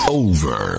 over